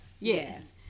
Yes